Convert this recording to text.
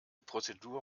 prozedur